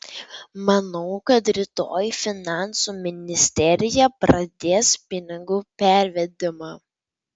manau kad rytoj finansų ministerija pradės pinigų pervedimą